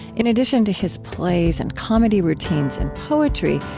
in addition to his plays and comedy routines and poetry,